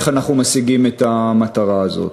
איך אנחנו משיגים את המטרה הזאת.